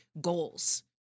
goals